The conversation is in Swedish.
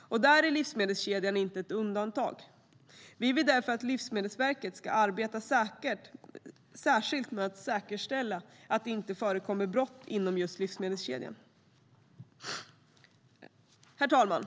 och där är livsmedelskedjan inget undantag. Vi vill därför att Livsmedelsverket ska arbeta särskilt med att säkerställa att det inte förekommer brott inom livsmedelskedjan. Herr talman!